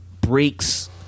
breaks